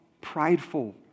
prideful